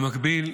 במקביל,